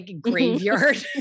graveyard